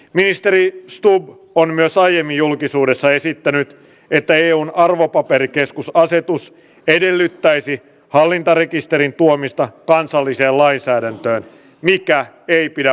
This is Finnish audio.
ministeri osto on myös aiemmin julkisuudessa esittäneet että eun arvopaperikeskus asetus edellyttäisi hallintarekisterin tuomista kansalliseen lainsäädäntöön mikä ei pidä